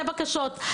בקשות.